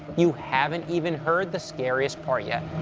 you haven't even heard the scariest part yet.